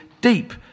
deep